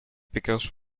because